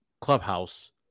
clubhouse